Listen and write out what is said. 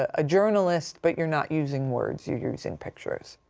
a journalist, but you're not using words, you're you're using pictures.